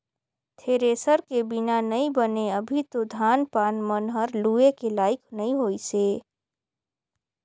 thresher के बिना नइ बने अभी तो धान पान मन हर लुए के लाइक नइ होइसे